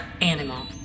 Animal